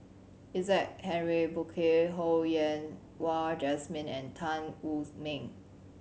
Isaac Henry Burkill Ho Yen Wah Jesmine and Tan Wu Meng